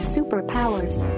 Superpowers